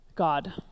God